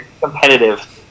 competitive